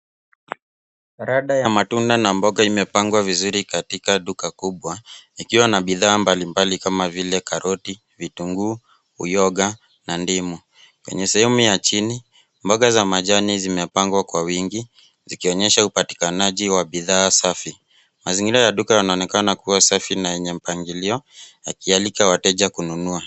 Rada ya matunda na mboga imepangwa vizuri katika duka kubwa ikiwa na bidhaa mbali kama vile karoti vituguu uyoga na ndimu , kwenye sehemu ya jini mboga za majani zimepangwa kwa wingi zikionyesha upatikanaji wa bidhaa safi mazingira ya duka unaonekana kuwa safi na enye mpangilio yakialika wateja kununua.